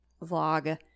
vlog